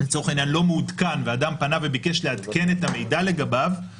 לצורך העניין לא מעודכן ואדם פנה וביקש לעדכן את המידע לגביו,